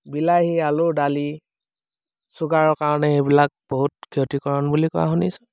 বিলাহী আলুৰ দালি চুগাৰৰ কাৰণে সেইবিলাক বহুত ক্ষতিকৰণ বুলি কোৱা শুনিছোঁ